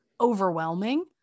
overwhelming